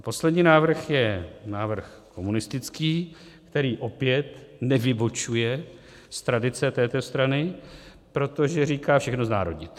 A poslední návrh je návrh komunistický, který opět nevybočuje z tradice této strany, protože říká všechno znárodnit.